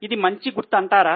ఇది మంచి గుర్తు అంటారా